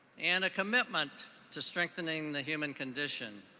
and a commitment to strengthening the human condition.